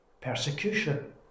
persecution